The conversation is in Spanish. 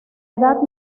edad